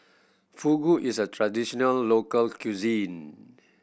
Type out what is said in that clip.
fugu is a traditional local cuisine